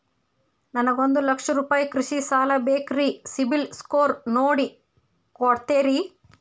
ನನಗೊಂದ ಲಕ್ಷ ರೂಪಾಯಿ ಕೃಷಿ ಸಾಲ ಬೇಕ್ರಿ ಸಿಬಿಲ್ ಸ್ಕೋರ್ ನೋಡಿ ಕೊಡ್ತೇರಿ?